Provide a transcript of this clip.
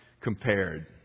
compared